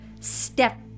step